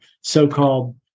so-called